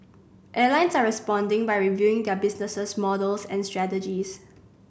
airlines are responding by reviewing their business models and strategies